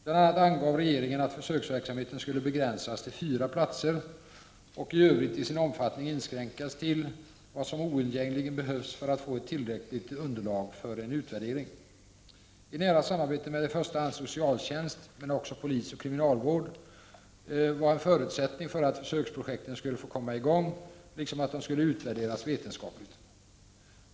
Bl.a. angav regeringen att försöksverksamheten skulle begränsas till fyra platser och i övrigt till sin omfattning inskränkas till vad som oundgängligen behövs för att få ett tillräckligt underlag för en utvärdering. Ett nära samarbete med i första hand socialtjänst men också polis och kriminalvård var en förutsättning för att försöksprojekten skulle få komma i gång, liksom att de skulle utvärderas vetenskapligt.